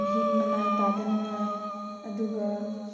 ꯃꯍꯤꯛ ꯃꯅꯥꯏ ꯇꯗꯅꯉꯥꯏ ꯑꯗꯨꯒ